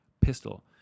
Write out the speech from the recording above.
pistol